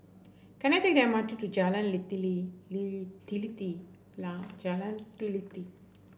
can I take the M R T to Jalan Jalan Teliti